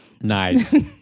Nice